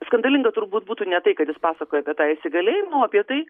skandalinga turbūt būtų ne tai kad jis pasakoja apie tą įsigalėjimą o apie tai